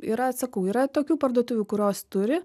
yra sakau yra tokių parduotuvių kurios turi